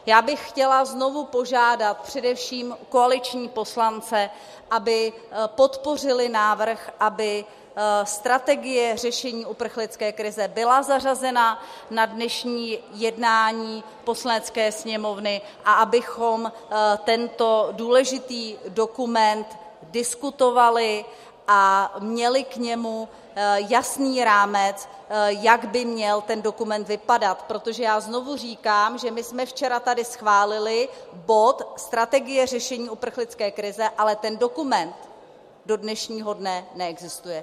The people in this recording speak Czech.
Já bych chtěla znovu požádat především koaliční poslance, aby podpořili návrh, aby strategie řešení uprchlické krize byla zařazena na dnešní jednání Poslanecké sněmovny, abychom tento důležitý dokument diskutovali a měli k němu jasný rámec, jak by měl ten dokument vypadat, protože znovu říkám, že jsme včera tady schválili bod Strategie řešení uprchlické krize, ale ten dokument do dnešního dne neexistuje.